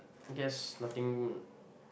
I guess nothing